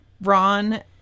Ron